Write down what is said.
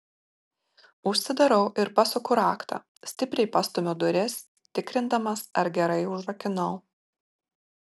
užsidarau ir pasuku raktą stipriai pastumiu duris tikrindamas ar gerai užrakinau